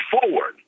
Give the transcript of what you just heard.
forward